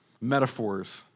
metaphors